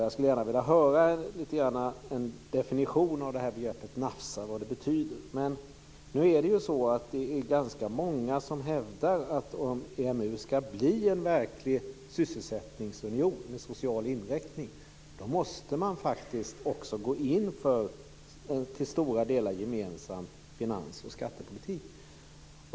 Jag skulle gärna vilja få en definition av vad begreppet "nafsa" betyder. Det är ganska många som hävdar att om EMU ska bli en verklig sysselsättningsunion med social inriktning, måste man också gå in för en till stora delar gemensam finans och skattepolitik.